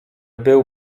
byl